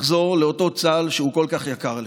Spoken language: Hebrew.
לחזור לאותו צה"ל, שהוא כל כך יקר לי.